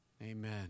Amen